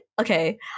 okay